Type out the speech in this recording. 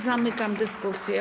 Zamykam dyskusję.